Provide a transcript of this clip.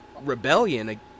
Rebellion